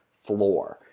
floor